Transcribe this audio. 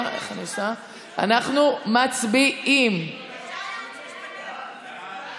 שנתי), התש"ף 2020. מה זה ביטול הצבעה,